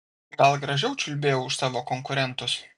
gal gražiau čiulbėjau už savo konkurentus